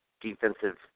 defensive